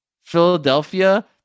Philadelphia